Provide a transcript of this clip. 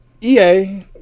EA